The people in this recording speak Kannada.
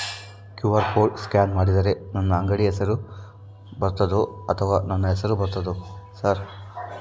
ಕ್ಯೂ.ಆರ್ ಕೋಡ್ ಸ್ಕ್ಯಾನ್ ಮಾಡಿದರೆ ನನ್ನ ಅಂಗಡಿ ಹೆಸರು ಬರ್ತದೋ ಅಥವಾ ನನ್ನ ಹೆಸರು ಬರ್ತದ ಸರ್?